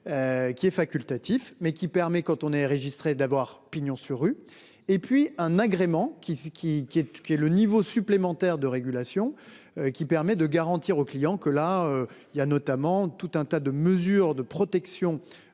Qui est facultatif, mais qui permet quand on est régi d'avoir pignon sur rue et puis un agrément qui qui qui est, qui est le niveau supplémentaire de régulation. Qui permet de garantir aux clients que là il y a notamment tout un tas de mesures de protection.